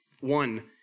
One